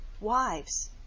Wives